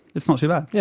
it's not too bad. yeah